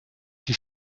qui